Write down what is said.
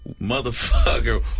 motherfucker